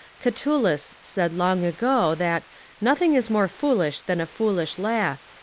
catullus said long ago that nothing is more foolish than a foolish laugh,